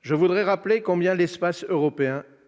je souhaite rappeler combien l'espace européen est